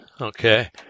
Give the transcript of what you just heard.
Okay